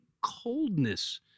coldness